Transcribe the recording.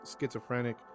schizophrenic